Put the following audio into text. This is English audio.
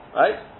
right